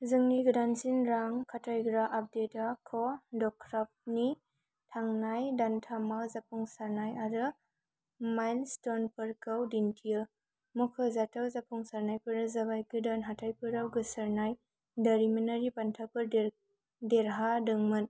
जोंनि गोदानसिन रां खाथायग्रा आपडेटा कडक्राफ्टनि थांनाय दानथामाव जाफुंसारनाय आरो माइलस्टनफोरखौ दिन्थियो मख'जाथाव जाफुंसारनायफोरा जाबाय गोदान हाथाइफोराव गोसारनाय दारिमिनारि बान्थाफोर देरहादोंमोन